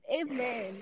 amen